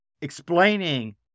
explaining